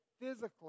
physically